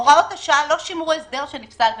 הוראות השעה לא שימרו הסדר שנפסל בבג"ץ,